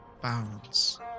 bounds